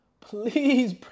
please